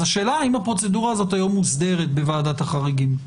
אז השאלה האם הפרוצדורה הזאת מוסדרת היום בוועדת החריגים?